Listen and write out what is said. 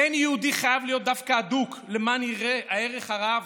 "אין יהודי חייב להיות דווקא אדוק למען יראה הערך הרב